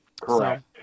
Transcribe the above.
Correct